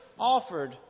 Offered